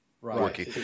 working